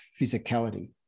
physicality